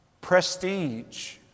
prestige